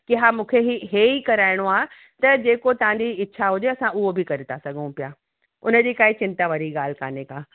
कि हा मूंखे ही हे ई कराइणो आहे त जेको तव्हांजी इच्छा हुजे असां उहो बि करे था सघूं पिया हुनजी काई चिंता वारी ॻाल्हि काने का